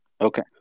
Okay